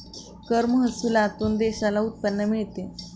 कर महसुलातून देशाला उत्पन्न मिळते